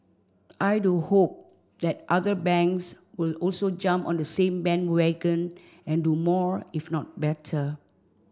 I do hope that other banks will also jump on the same bandwagon and do more if not better